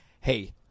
hey